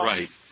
Right